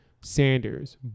Sanders